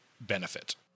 benefit